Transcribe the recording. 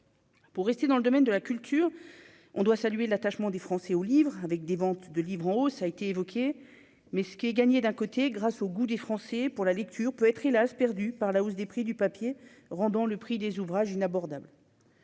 Pour rester dans le domaine de la culture, on doit saluer l'attachement des Français au livre, avec des ventes de livres, en hausse a été évoqué, mais ce qui est gagné d'un côté, grâce au goût des Français pour la lecture peut être hélas perdue par la hausse des prix du papier, rendant le prix des ouvrages inabordable.